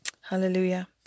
Hallelujah